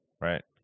right